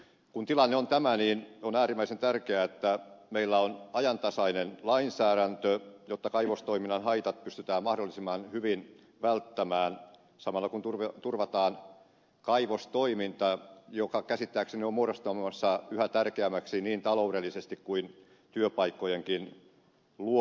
kun tilanne on tämä on äärimmäisen tärkeää että meillä on ajantasainen lainsäädäntö jotta kaivostoiminnan haitat pystytään mahdollisimman hyvin välttämään samalla kun turvataan kaivostoiminta joka käsittääkseni on muodostumassa yhä tärkeämmäksi niin taloudellisti kuin työpaikkojenkin luojana